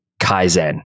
Kaizen